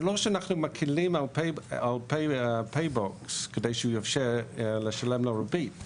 זה לא שאנחנו מקלים על פייבוקס כדי לאפשר לו לשלם ריבית,